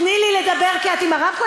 תני לי לדבר כי את עם הרמקול,